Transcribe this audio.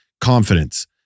confidence